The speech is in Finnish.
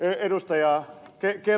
ensin ed